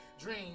dream